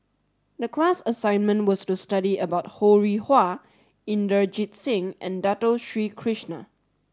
the class assignment was to study about Ho Rih Hwa Inderjit Singh and Dato Sri Krishna